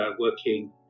working